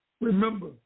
Remember